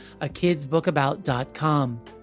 akidsbookabout.com